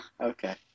Okay